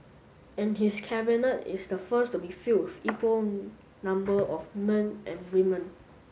and his Cabinet is the first to be filled with equal number of men and women